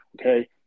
okay